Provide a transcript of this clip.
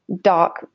dark